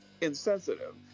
insensitive